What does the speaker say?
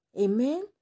Amen